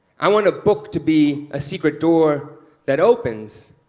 i want a book to be a secret door that opens